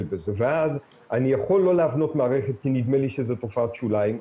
בזה ואז אני יכול לא להבנות מערכת כי נדמה לי שזו תופעת שוליים,